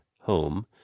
home